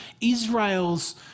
Israel's